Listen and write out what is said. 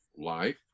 life